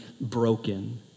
broken